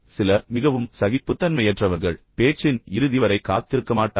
சிலர் மிகவும் சகிப்புத்தன்மையற்றவர்கள் பின்னர் அவர்கள் பேச்சின் இறுதி வரை காத்திருக்க மாட்டார்கள்